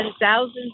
thousands